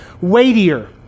weightier